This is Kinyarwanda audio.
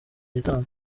gitaramo